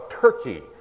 Turkey